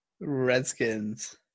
Redskins